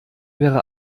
wäre